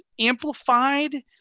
amplified